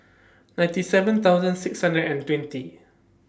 ninety seven thousand six hundred and twenty